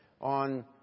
on